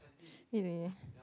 really